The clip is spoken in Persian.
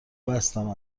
بستم